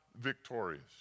victorious